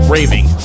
Raving